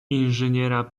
inżyniera